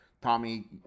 Tommy